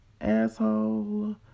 asshole